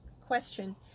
question